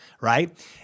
right